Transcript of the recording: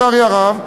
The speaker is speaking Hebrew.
לצערי הרב,